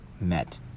met